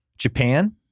Japan